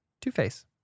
Two-Face